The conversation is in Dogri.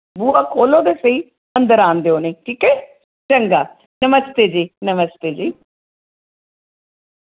बुहा खोह्ल्लो ते सेही अंदर आन देओ उ'नें गी ठीक ऐ चंगा नमस्ते जी नमस्ते जी